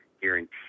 guarantee